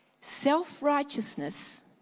Self-righteousness